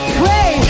pray